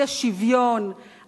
האי-שוויון,